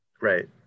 right